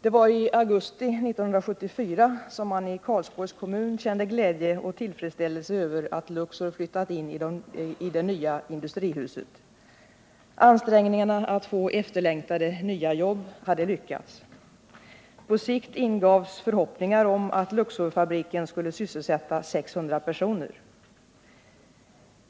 Det var i augusti 1974 som man i Karlsborgs kommun kände glädje och tillfredsställelse över att Luxor flyttat in i det nya industrihuset. Ansträngningarna att få efterlängtade nya jobb hade lyckats. På sikt ingavs förhopp 13 ningar om att Luxorfabriken skulle sysselsätta 600 personer.